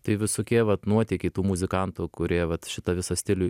tai visokie vat nuotykiai tų muzikantų kurie vat šitą visą stilių